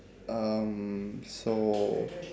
um so